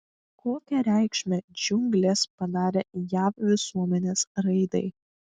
kokią reikšmę džiunglės padarė jav visuomenės raidai